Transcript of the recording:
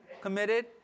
committed